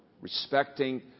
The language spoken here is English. Respecting